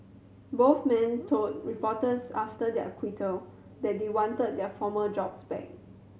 both men told reporters after their acquittal that they wanted their former jobs back